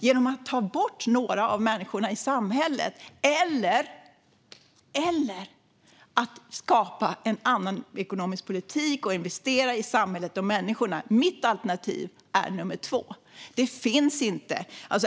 Genom att ta bort några av människorna i samhället eller genom att skapa en annan ekonomisk politik och investera i samhället och människorna? Mitt alternativ är det andra.